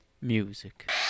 Music